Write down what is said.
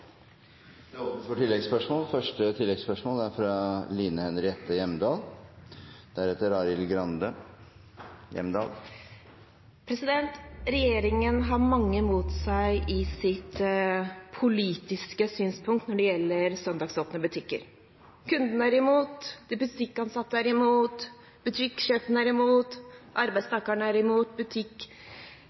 Line Henriette Hjemdal – til oppfølgingsspørsmål. Regjeringen har mange imot seg i sitt politiske synspunkt når det gjelder søndagsåpne butikker. Kundene er imot, de butikkansatte er imot, butikksjefene er imot, arbeidstakerne er imot,